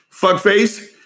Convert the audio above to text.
fuckface